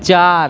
চার